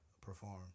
perform